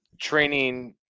training